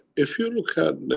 if you look at. and